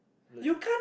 legit